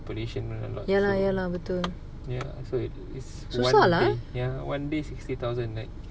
population a lot so ya so it is so one day one day sixty thousand like